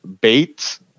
Bates